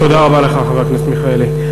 תודה רבה לך, חבר הכנסת מיכאלי.